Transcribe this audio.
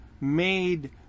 made